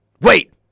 wait